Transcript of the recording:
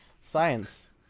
Science